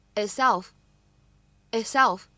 ，itself，itself 。